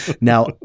Now